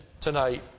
tonight